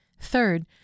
Third